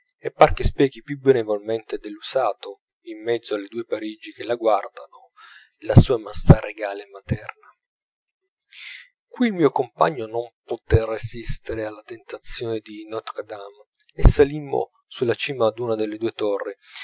e par che spieghi più benevolmente dell'usato in mezzo alle due parigi che la guardano la sua maestà regale e materna qui il mio compagno non potè resistere alla tentazione di ntre dame e salimmo sulla cima d'una delle due torri